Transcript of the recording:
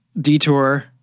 detour